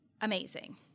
amazing